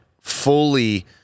fully